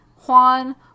Juan